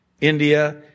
India